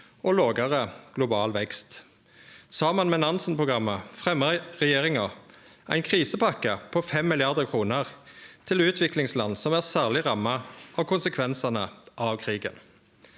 og lågare global vekst. Saman med Nansen-programmet fremja regjeringa ein krisepakke på 5 mrd. kr til utviklingsland som er særleg ramma av konsekvensane av krigen.